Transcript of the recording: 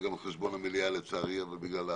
גם יהיה על חשבון המליאה אבל זה בגלל הקורונה.